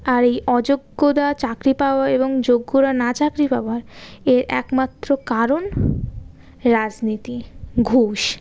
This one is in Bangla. আর এই অযোগ্যর চাকরি পাওয়া এবং যোগ্যরা না চাকরি পাওয়া এর একমাত্র কারণ রাজনীতি ঘুষ